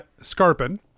Scarpin